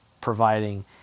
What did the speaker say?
providing